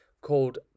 called